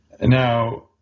Now